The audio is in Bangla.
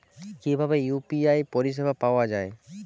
কিভাবে ইউ.পি.আই পরিসেবা পাওয়া য়ায়?